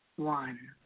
one.